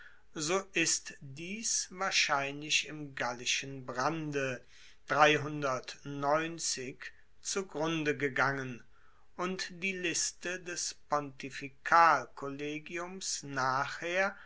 so ist dies wahrscheinlich im gallischen brande zugrunde gegangen und die liste des pontifikalkollegiums nachher